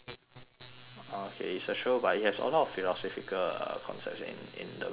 oh okay it's a show but it has a lot of philosophical uh concepts in in the matrix